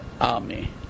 army